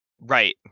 Right